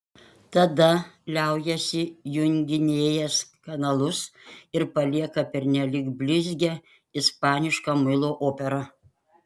tada liaujasi junginėjęs kanalus ir palieka pernelyg blizgią ispanišką muilo operą